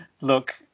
look